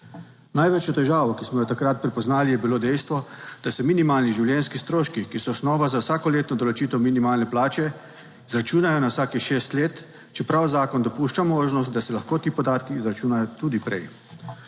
Največjo težavo, ki smo jo takrat prepoznali, je bilo dejstvo, da se minimalni življenjski stroški, ki so osnova za vsakoletno določitev minimalne plače, izračunajo na vsakih šest let, čeprav zakon dopušča možnost, da se lahko ti podatki izračunajo tudi prej.